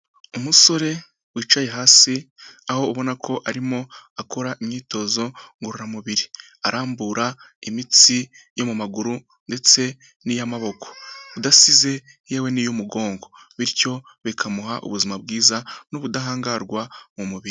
Umusore wicaye hasi aho ubona ko arimo akora imyitozo ngororamubiri arambura imitsi yo mu maguru ndetse n'iy'amaboko, udasize yewe'iy'umugongo bityo bikamuha ubuzima bwiza n'ubudahangarwa mu mubiri.